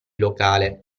locale